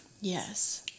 yes